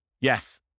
Yes